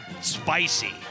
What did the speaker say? Spicy